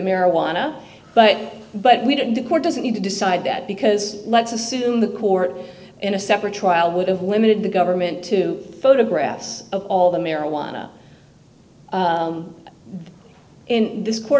marijuana but but we didn't the court doesn't need to decide that because let's assume the court in a separate trial would have limited the government to photographs of all the marijuana in this co